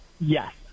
Yes